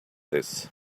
this